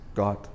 God